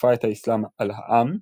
הכופה את האסלאם על העם,